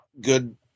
Good